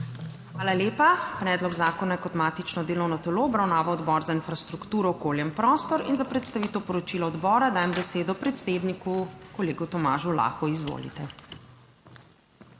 Hvala lepa. Predlog zakona je kot matično delovno telo obravnaval Odbor za infrastrukturo, okolje in prostor in za predstavitev poročila odbora dajem besedo predsedniku kolegu Tomažu Lahu. Izvolite.